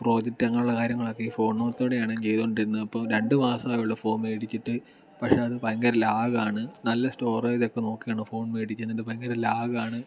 project അങ്ങനെയുള്ള കാര്യങ്ങളൊക്കെ ഈ ഫോണിലൂടെയാണ് ചെയ്തു കൊണ്ടിരുന്നത് അപ്പോൾ രണ്ടു മാസം ആയുള്ളൂ ഫോൺ മേടിച്ചിട്ട് പക്ഷേ അത് ഭയങ്കര ലാഗ് ആണ് നല്ല സ്റ്റോറേജ് ഒക്കെ നോക്കിയാണ് ഫോൺ മേടിച്ചത് ഭയങ്കര ലാഗ് ആണ്